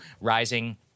rising